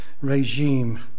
regime